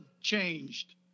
changed